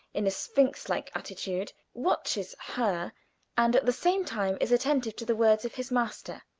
in a sphinx-like attitude, watches her and at the same time, is attentive to the words of his master,